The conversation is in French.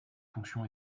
fonction